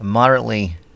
Moderately